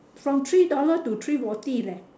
from three dollar to three forty leh